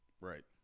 Right